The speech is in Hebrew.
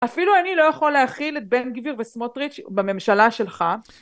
אפילו אני לא יכול להכיל את בן גביר וסמוטריץ' בממשלה שלך.